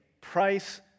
price